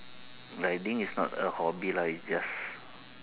riding is not a hobby lah it's just